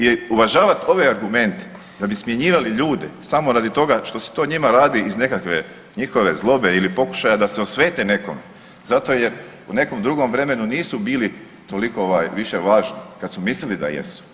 Jer uvažavat ove argumente da bi smjenjivali ljude samo zbog toga što se to njima radi iz nekakve njihove zlobe ili pokušaja da se osvete nekom zato jer u nekom drugom vremenu nisu bili toliko ovaj više važni kad su mislili da jesu.